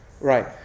Right